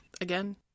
Again